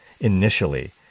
initially